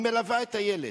היא מלווה את הילד.